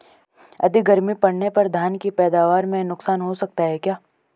अधिक गर्मी पड़ने पर धान की पैदावार में नुकसान हो सकता है क्या?